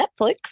Netflix